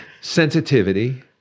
sensitivity